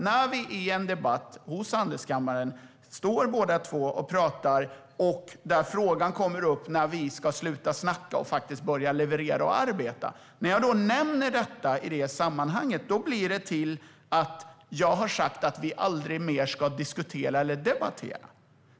När vi båda två står och pratar i en debatt hos Handelskammaren och frågan kommer upp när vi ska sluta snacka och faktiskt börja leverera och arbeta och jag nämner detta i det sammanhanget, då blir det till att jag har sagt att vi aldrig mer ska diskutera eller debattera.